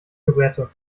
pirouette